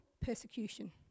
Persecution